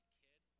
kid